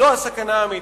זאת הסכנה האמיתית.